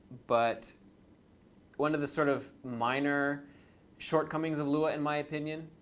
but one of the sort of minor shortcomings of lua, in my opinion,